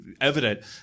evident